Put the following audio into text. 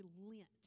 relent